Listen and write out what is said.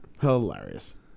Hilarious